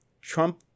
Trump